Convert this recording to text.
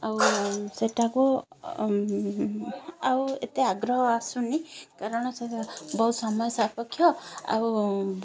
ଆଉ ସେଇଟାକୁ ଆଉ ଏତେ ଆଗ୍ରହ ଆସୁନି କାରଣ ସେ ବହୁ ସମୟ ସାପେକ୍ଷ ଆଉ